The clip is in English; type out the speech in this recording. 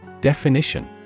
Definition